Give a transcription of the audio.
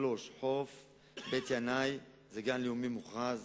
חוף בית-ינאי הוא גן לאומי מוכרז